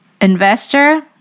investor